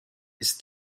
ist